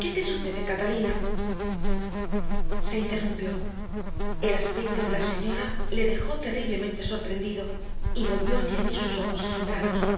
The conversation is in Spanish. qué te sucede catalina se interrumpió el aspecto de la señora le dejó terriblemente sorprendido y volvió hacia mí sus ojos asombrados